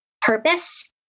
purpose